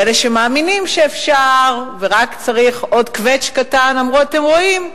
ואלה שמאמינים שאפשר ורק צריך עוד קוועץ' קטן אמרו: אתם רואים,